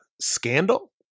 scandal